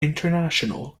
international